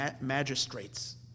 magistrates